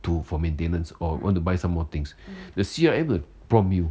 to for maintenance or want to buy some more things the C_R_M will prompt you